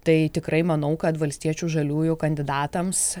tai tikrai manau kad valstiečių žaliųjų kandidatams